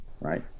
right